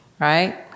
right